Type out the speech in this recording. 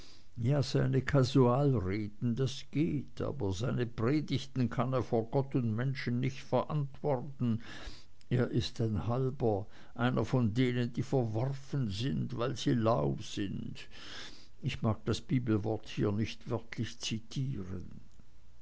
ja seine kasualreden das geht aber seine predigten kann er vor gott und menschen nicht verantworten er ist ein halber einer von denen die verworfen sind weil sie lau sind ich mag das bibelwort hier nicht wörtlich zitieren